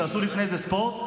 שעשו לפני זה ספורט,